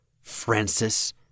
Francis